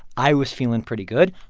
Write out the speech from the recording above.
i was feeling pretty good,